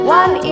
one